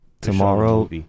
tomorrow